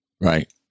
Right